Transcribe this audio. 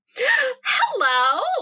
hello